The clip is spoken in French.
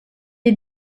est